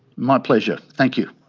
my pleasure, thank you.